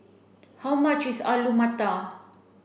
How much is Alu Matar